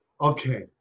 Okay